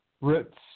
roots